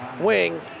wing